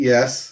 Yes